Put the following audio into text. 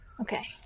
Okay